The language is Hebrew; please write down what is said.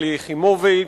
שלי יחימוביץ,